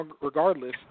regardless